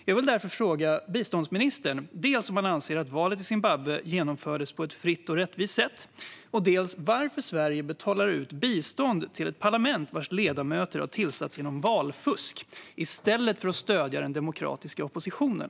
Jag vill därför fråga biståndsministern dels om han anser att valet i Zimbabwe genomfördes på ett fritt och rättvist sätt, dels varför Sverige betalar ut bistånd till ett parlament vars ledamöter har tillsatts genom valfusk i stället för att stödja den demokratiska oppositionen.